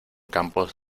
campos